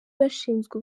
bashinzwe